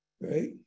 right